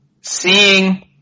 Seeing